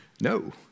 no